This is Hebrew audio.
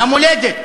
למולדת.